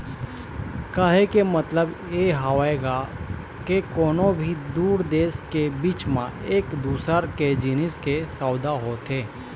कहे के मतलब ये हवय गा के कोनो भी दू देश के बीच म एक दूसर के जिनिस के सउदा होथे